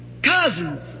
Cousins